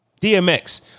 DMX